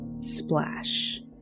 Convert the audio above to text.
splash